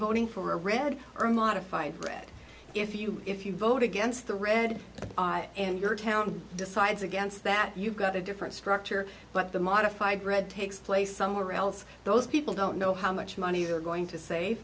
voting for a red or modified red if you if you vote against the red and your town decides against that you've got a different structure but the modified read takes place somewhere else those people don't know how much money they're going to say